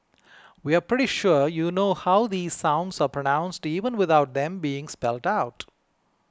we are pretty sure you know how these sounds are pronounced even without them being spelled out